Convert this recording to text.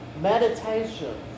Meditation